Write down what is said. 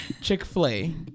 Chick-fil-A